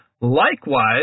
Likewise